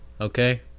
Okay